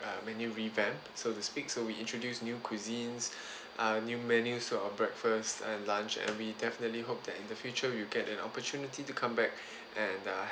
uh menu revamp so to speak so we introduce new cuisines uh new menus to our breakfast and lunch and we definitely hope that in the future you get an opportunity to come back and